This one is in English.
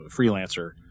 freelancer